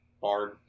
Bard